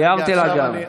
הערתי גם לה.